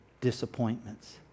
disappointments